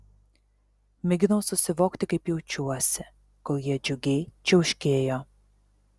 mėginau susivokti kaip jaučiuosi kol jie džiugiai čiauškėjo